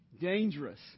dangerous